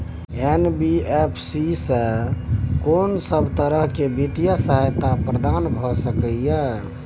NBFC स कोन सब तरह के वित्तीय सहायता प्रदान भ सके इ? इ